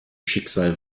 schicksal